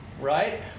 right